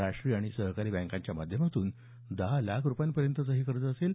राष्ट्रीय आणि सहकारी बँकांच्या माध्यमातून दहा लाख रुपयांपर्यंतचं हे कर्ज असेल